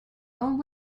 own